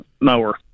mower